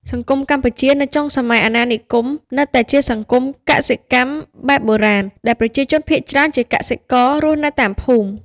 សង្គមកម្ពុជានៅចុងសម័យអាណានិគមនៅតែជាសង្គមកសិកម្មបែបបុរាណ ដែលប្រជាជនភាគច្រើនជាកសិកររស់នៅតាមភូមិ។